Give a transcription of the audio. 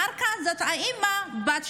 אחר כך נאמר שזאת האימא בת ה-80.